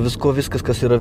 viskuo viskas kas yra